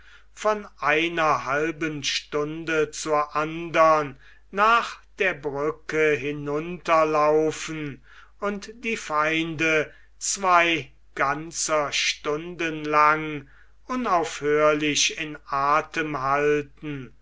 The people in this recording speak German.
von einer halben stunde zur andern nach der brücke hinunterlaufen und die feinde zwei ganzer stunden lang unaufhörlich in athem erhalten